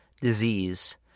disease